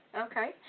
Okay